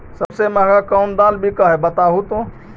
सबसे महंगा कोन दाल बिक है बताहु तो?